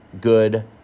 good